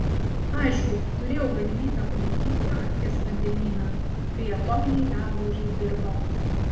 aišku turėjau galimybę pamatyti arkties vandenyną kai atominiai ledlaužiai dirba